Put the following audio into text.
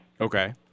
Okay